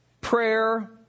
prayer